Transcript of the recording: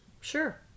Sure